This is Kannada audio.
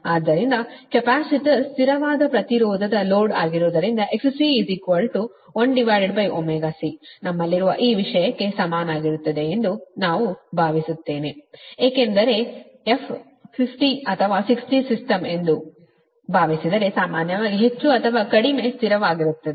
ಆದ್ದರಿಂದ ಕೆಪಾಸಿಟರ್ ಸ್ಥಿರವಾದ ಪ್ರತಿರೋಧದ ಲೋಡ್ ಆಗಿರುವುದರಿಂದ XC 1ωC ನಮ್ಮಲ್ಲಿರುವ ಈ ವಿಷಯಕ್ಕೆ ಸಮನಾಗಿರುತ್ತದೆ ಎಂದು ನಾವು ಭಾವಿಸುತ್ತೇವೆ ಏಕೆಂದರೆ f 50 ಅಥವಾ 60 ಸಿಸ್ಟಮ್ ಎಂದು ಭಾವಿಸಿದರೆ ಸಾಮಾನ್ಯವಾಗಿ ಹೆಚ್ಚು ಅಥವಾ ಕಡಿಮೆ ಸ್ಥಿರವಾಗಿರುತ್ತದೆ